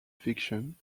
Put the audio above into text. fiction